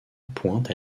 pointe